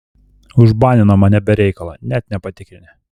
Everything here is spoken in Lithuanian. užbanino mane be reikalo net nepatikrinę